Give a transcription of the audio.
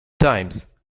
times